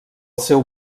seu